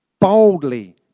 boldly